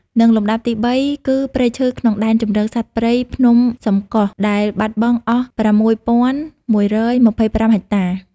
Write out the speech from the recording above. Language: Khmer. និងលំដាប់ទី៣ គឺព្រៃឈើក្នុងដែនជម្រកសត្វព្រៃភ្នំសំកុស ដែលបាត់បង់អស់៦១២៥ហិកតា។